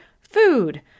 Food